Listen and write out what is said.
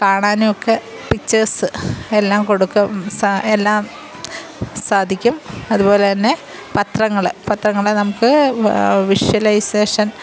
കാണാനും ഒക്കെ പിച്ചേസ്സ് എല്ലാം കൊടുക്കും എല്ലാം സാധിക്കും അതുപോലെത്തന്നെ പത്രങ്ങൾ പത്രങ്ങളെ നമുക്ക് വിഷ്വലൈസേഷൻ